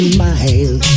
miles